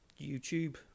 YouTube